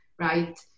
right